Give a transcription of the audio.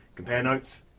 compare notes,